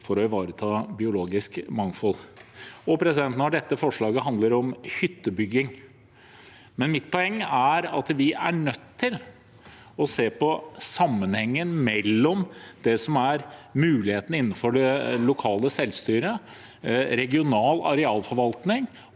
for å ivareta biologisk mangfold. Dette forslaget handler om hyttebygging, men mitt poeng er at vi er nødt til å se på sammenhengen mellom mulighetene innenfor det lokale selvstyret, regional arealforvaltning